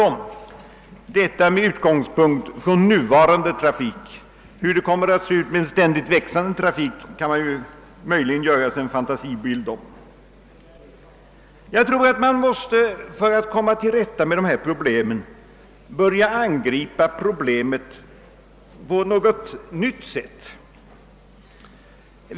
Allt detta gäller med utgångspunkt från den nuvarande trafiken. Hur lång tid det skulle ta med en ständigt växande trafik kan man möjligen göra sig en fantasibild av. För att komma till rätta med dessa svårigheter tror jag att vi måste börja angripa problemen på ett nytt sätt.